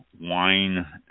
wine